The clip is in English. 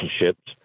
relationships